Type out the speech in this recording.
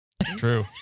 True